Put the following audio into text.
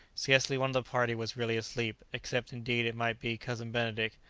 scarcely one of the party was really asleep, except indeed it might be cousin benedict,